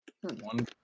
One